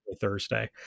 Thursday